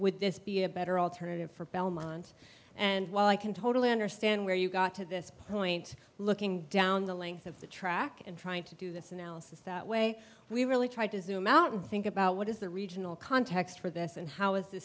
would this be a better alternative for belmont and while i can totally understand where you got to this point looking down the length of the track and trying to do this analysis that way we really try to zoom out and think about what is the regional context for this and how is th